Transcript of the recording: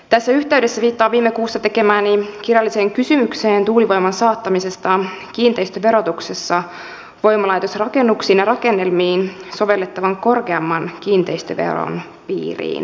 tässä yhteydessä viittaan viime kuussa tekemääni kirjalliseen kysymykseen tuulivoiman saattamisesta kiinteistöverotuksessa voimalaitosrakennuksiin ja rakennelmiin sovellettavan korkeamman kiinteistöveron piiriin